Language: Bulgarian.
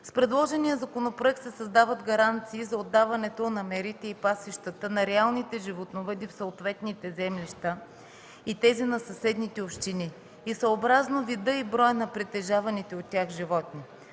С предложения законопроект се създават гаранции за отдаването на мерите и пасищата на реалните животновъди в съответните землища и тези на съседните общини и съобразно вида и броя на притежаваните от тях животни.